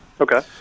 Okay